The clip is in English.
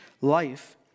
life